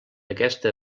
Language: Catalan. aquesta